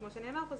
כמו שנאמר פה,